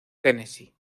tennessee